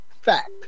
Fact